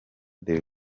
the